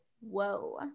whoa